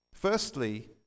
Firstly